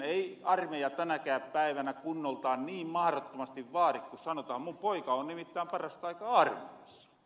ei armeija tänäkään päivänä kunnolta niin mahrottomasti vaadi ku sanotaan